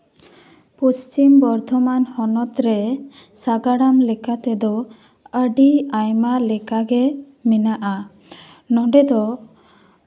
ᱯᱚᱥᱪᱷᱤᱢ ᱵᱚᱨᱫᱷᱚᱢᱟᱱ ᱦᱚᱱᱚᱛ ᱨᱮ ᱥᱟᱜᱟᱲᱚᱢ ᱞᱮᱠᱟ ᱛᱮᱫᱚ ᱟᱹᱰᱤ ᱟᱭᱢᱟ ᱞᱮᱠᱟᱜᱮ ᱢᱮᱱᱟᱜᱼᱟ ᱱᱚᱸᱰᱮᱫᱚ